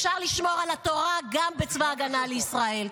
אפשר לשמור על התורה גם בצבא ההגנה לישראל.